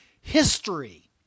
history